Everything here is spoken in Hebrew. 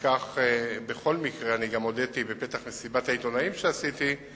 בכל מקרה, בפתח מסיבת העיתונאים שעשיתי גם